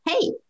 hey